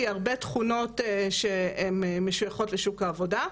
הרבה תכונות שהן משויכות לשוק העבודה.